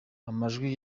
amajwi